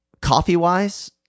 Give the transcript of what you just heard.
Coffee-wise